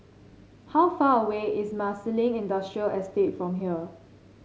how far away is Marsiling Industrial Estate from here